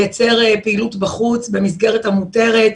לייצר פעילות בחוץ במסגרת המותרת.